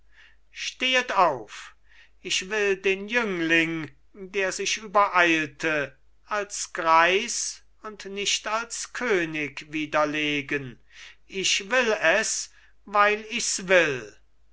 stehet auf ich will den jüngling der sich übereilte als greis und nicht als könig widerlegen ich will es weil ichs will